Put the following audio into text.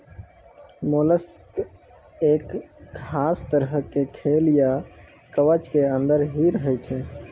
mollusc एक खास तरह के खोल या कवच के अंदर हीं रहै छै